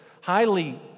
highly